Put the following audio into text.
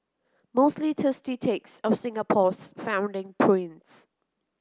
mostly thirsty takes of Singapore's founding prince